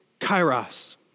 kairos